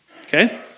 okay